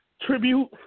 Tribute